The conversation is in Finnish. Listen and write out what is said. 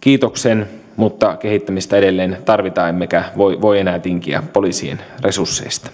kiitoksen mutta kehittämistä edelleen tarvitaan emmekä voi voi enää tinkiä poliisien resursseista